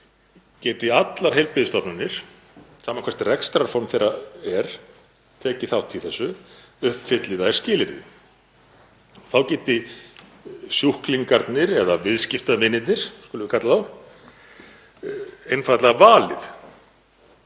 geti allar heilbrigðisstofnanir, sama hvert rekstrarform þeirra er, tekið þátt í þessu uppfylli þær skilyrði. Þá geti sjúklingarnir eða viðskiptavinirnir, skulum við kalla þá, einfaldlega valið